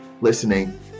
listening